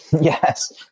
Yes